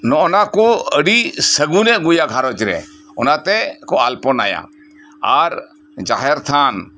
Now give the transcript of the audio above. ᱱᱚᱜ ᱚᱭ ᱱᱚᱣᱟ ᱠᱚ ᱟᱰᱤ ᱥᱟᱜᱩᱱᱮ ᱟᱜᱩᱭᱟ ᱜᱷᱟᱨᱚᱸᱡᱽ ᱨᱮ ᱚᱱᱟ ᱛᱮ ᱠᱚ ᱟᱞᱯᱚᱱᱟᱭᱟ ᱟᱨ ᱡᱟᱦᱮᱨ ᱛᱷᱟᱱ